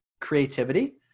creativity